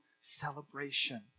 celebration